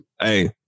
Hey